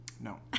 No